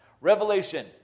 Revelation